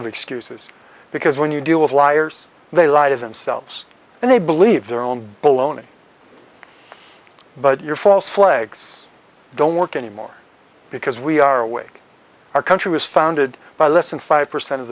of excuses because when you deal with liars they lied and selves and they believe their own blown but your false flags don't work anymore because we are awake our country was founded by less than five percent of